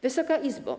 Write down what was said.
Wysoka Izbo!